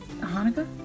Hanukkah